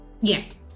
Yes